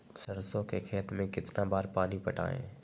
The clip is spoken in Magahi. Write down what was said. सरसों के खेत मे कितना बार पानी पटाये?